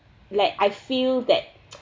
like I feel that